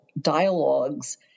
dialogues